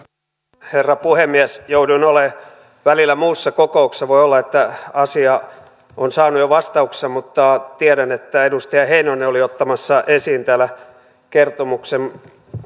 arvoisa herra puhemies jouduin olemaan välillä muussa kokouksessa voi olla että asia on saanut jo vastauksensa mutta tiedän että edustaja heinonen oli ottamassa esiin täällä